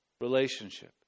relationship